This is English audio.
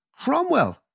Cromwell